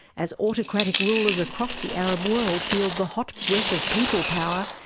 as autocratic rulers across the arab world feel the hot breath of people power,